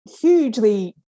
hugely